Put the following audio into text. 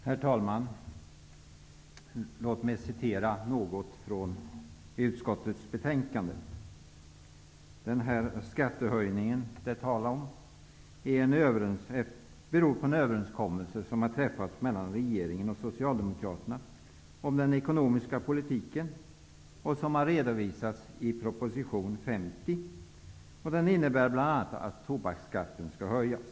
Herr talman! Låt mig citera något från utskottets betänkande. Den skattehöjning som det är tal om beror på en ''överenskommelse som har träffats mellan regeringen och Socialdemokraterna om den ekonomiska politiken och som redovisas i proposition 1992/93:50''. Den innebär bl.a. att tobaksskatten skall höjas.